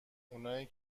اونایی